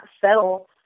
settle